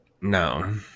no